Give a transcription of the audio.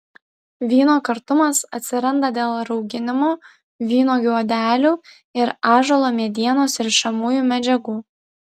vyno kartumas atsiranda dėl rauginimo vynuogių odelių ir ąžuolo medienos rišamųjų medžiagų